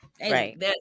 right